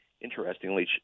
interestingly